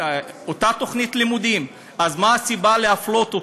אותה תוכנית לימודים, אז מה הסיבה להפלות אותו?